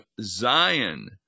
Zion